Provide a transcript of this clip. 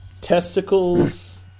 Testicles